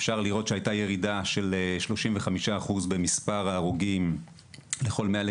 אפשר לראות שהייתה ירידה של 35% במספר ההרוגים לכל 100,000